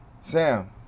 Sam